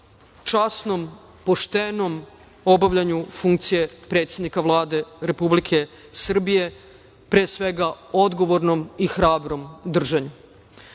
časnom, poštenom obavljanju funkcije predsednika Vlade Republike Srbije, pre svega odgovornom i hrabrom držanju. Pošto